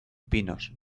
pinos